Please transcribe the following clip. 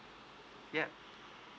yup